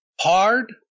hard